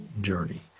journey